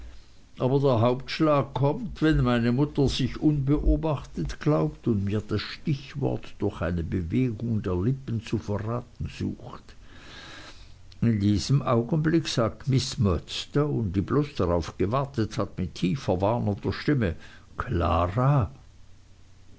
aber der hauptschlag kommt wenn meine mutter sich unbeobachtet glaubt und mir das stichwort durch eine bewegung der lippen zu verraten sucht in diesem augenblick sagt miß murdstone die bloß darauf gewartet hat mit tiefer warnender stimme klara